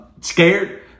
scared